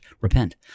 repent